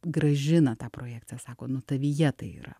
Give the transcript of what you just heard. grąžina tą projekciją sako nu tavyje tai yra